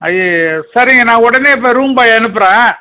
ஐயய்யய்யயோ சரிங்க நான் உடனே இப்போ ரூம் பாயை அனுப்புகிறேன்